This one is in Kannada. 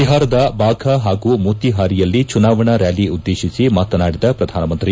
ಬಿಹಾರದ ಬಾಫಿ ಹಾಗೂ ಮೋತಿಹಾರಿಯಲ್ಲಿ ಚುನಾವಣಾ ರ್ನಾಲಿ ಉದ್ದೇತಿಸಿ ಮಾತನಾಡಿದ ಪ್ರಧಾನಮಂತ್ರಿ